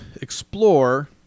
explore